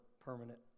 permanent